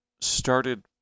started